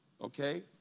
okay